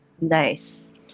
Nice